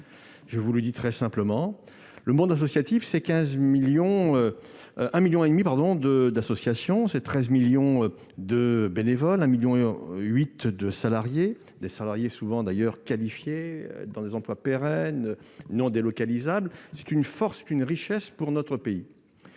Je vous le dis très simplement. Le monde associatif représente 1,5 million d'associations, 13 millions de bénévoles et 1,8 million de salariés. Ces salariés sont d'ailleurs souvent qualifiés, occupent des emplois pérennes et non délocalisables. C'est une force et une richesse pour notre pays.